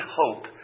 hope